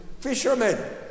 fishermen